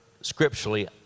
scripturally